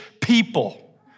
people